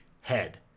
head